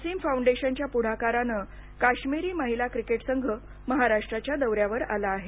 असीम फाऊंडेशनच्या पुढाकारानं काश्मिरी महिला क्रिकेट संघ महाराष्ट्राच्या दौऱ्यावर आला आहे